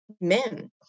men